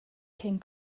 cyn